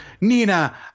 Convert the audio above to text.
Nina